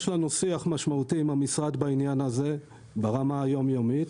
יש לנו שיח משמעותי עם המשרד בעניין הזה ברמה היומיומית.